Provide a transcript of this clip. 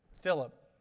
Philip